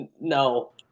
No